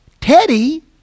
Teddy